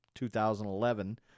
2011